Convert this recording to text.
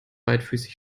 beidfüßig